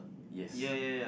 yes